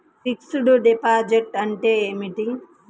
Fixed డిపాజిట్లు అంటే ఏమిటి?